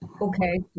Okay